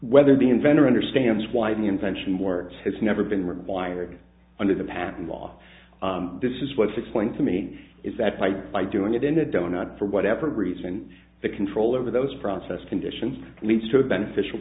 whether the inventor understands why the invention works has never been required under the patent law this is what's explained to me is that by by doing it in a donut for whatever reason the control over those process conditions leads to a beneficial